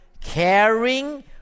caring